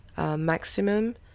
maximum